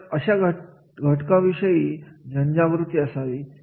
तर अशा घटकाविषयी जनजागृती असावी